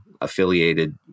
affiliated